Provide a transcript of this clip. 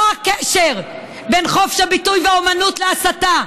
מה הקשר בין חופש הביטוי והאומנות להסתה?